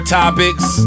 topics